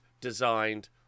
designed